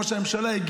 ראש הממשלה,